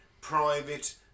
private